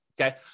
okay